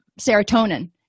serotonin